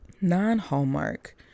non-Hallmark